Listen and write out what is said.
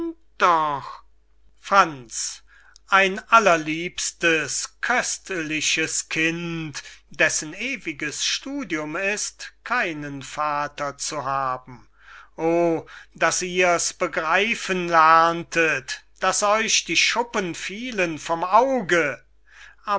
doch franz ein allerliebstes köstliches kind dessen ewiges studium ist keinen vater zu haben o daß ihr's begreifen lerntet daß euch die schuppen fielen vom auge